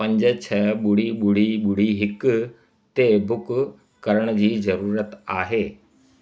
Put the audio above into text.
पंज छह ॿुड़ी ॿुड़ी ॿुड़ी हिक ते बुक करण जी ज़रूरत आहे